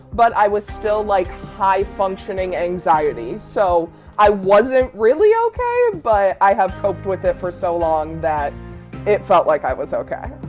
but i was still like high functioning anxiety. so i wasn't really okay, but i have coped with it for so long that it felt like i was okay.